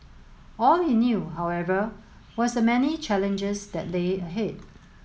all he knew however was the many challenges that lay ahead